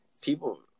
people